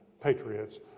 patriots